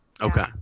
Okay